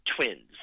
twins